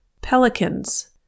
Pelicans